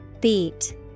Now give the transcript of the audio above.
Beat